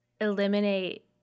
eliminate